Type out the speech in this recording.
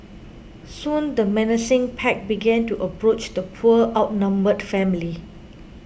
soon the menacing pack began to approach the poor outnumbered family